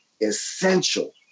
essential